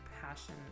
passion